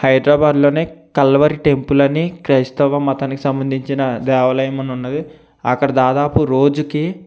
హైదరాబాద్లోని కల్వరి టెంపులని క్రైస్తవ మతానికి సంబంధించిన దేవాలయం అని ఉన్నది అక్కడ దాదాపు రోజుకి